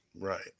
right